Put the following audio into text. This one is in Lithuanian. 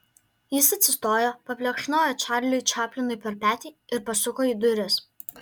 jis atsistojo paplekšnojo čarliui čaplinui per petį ir pasuko į duris